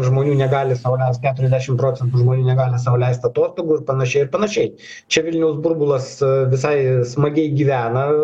žmonių negali sau leist keturiasdešim procentų žmonių negali sau leist atostogų ir panašiai ir panašiai čia vilniaus burbulas visai smagiai gyvena